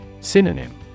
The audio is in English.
Synonym